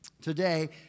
Today